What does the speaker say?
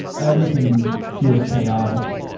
everything feels chaotic.